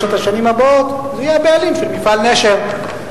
השנים הבאות יהיה הבעלים של מפעל "נשר",